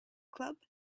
club